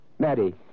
Maddie